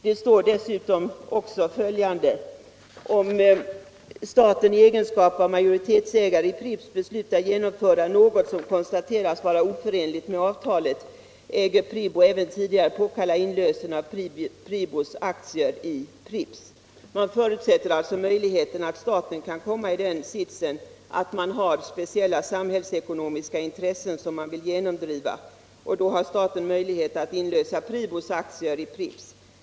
Det heter vidare: ”Om staten i egenskap av majoritetsägare i Pripps beslutar genomföra något som konstateras vara oförenligt med avtalet äger PRIBO även tidigare påkalla inlösen av PRIBO:s aktier i Pripps.” Man förutser alltså att staten kan hamna i den situationen att man har speciella samhällsekonomiska intressen som man vill tillvarata. Då har staten möjlighet att inlösa PRIBO:s aktier i Pripps.